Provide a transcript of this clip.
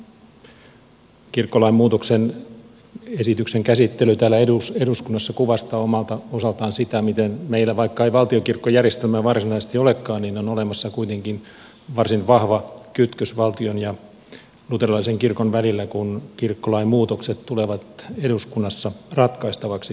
tämä kirkkolain muutoksen esityksen käsittely täällä eduskunnassa kuvastaa omalta osaltaan sitä miten meillä vaikka ei valtiokirkkojärjestelmää varsinaisesti olekaan on olemassa kuitenkin varsin vahva kytkös valtion ja luterilaisen kirkon välillä kun kirkkolain muutokset tulevat eduskunnassa ratkaistavaksi